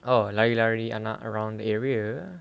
oh lari-lari anak around area